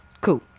Cool